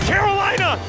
Carolina